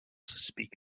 speak